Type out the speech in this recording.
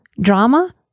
drama